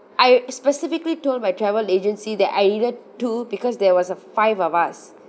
I specifically told my travel agency that I needed two because there was a five of us